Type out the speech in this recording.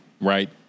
right